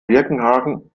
birkenhagen